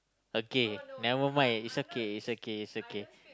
again never mind it's okay it's okay it's okay